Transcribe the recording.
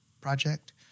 project